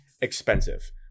expensive